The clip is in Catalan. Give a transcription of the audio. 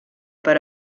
per